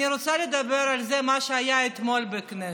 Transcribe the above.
אני רוצה לדבר על מה שהיה אתמול בכנסת.